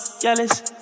jealous